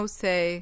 say